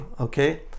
okay